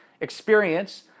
experience